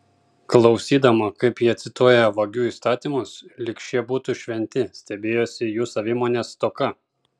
klausydama kaip jie cituoja vagių įstatymus lyg šie būtų šventi stebėjosi jų savimonės stoka